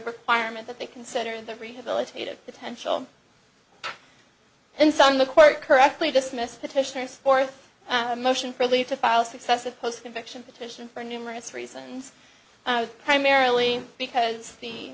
requirement that they consider the rehabilitative potential and so on the court correctly dismissed petitioners or a motion for leave to file successive post conviction petition for numerous reasons primarily because the